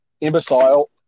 imbecile